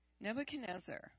Nebuchadnezzar